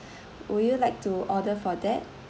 would you like to order for that